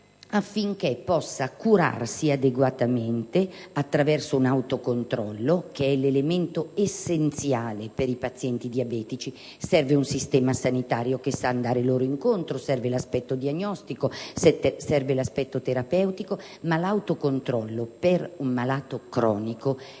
affinché possa curarsi adeguatamente attraverso un autocontrollo, che è l'elemento essenziale per i pazienti diabetici. Serve un sistema sanitario che sappia andare incontro al malato, serve l'aspetto diagnostico, così come l'aspetto terapeutico, ma l'autocontrollo, per un malato cronico,